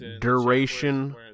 duration